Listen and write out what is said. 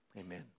amen